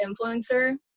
influencer